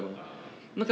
ah ah